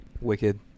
wicked